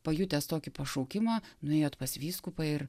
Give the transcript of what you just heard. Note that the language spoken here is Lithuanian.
pajutęs tokį pašaukimą nuėjot pas vyskupą ir